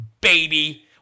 baby